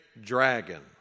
dragon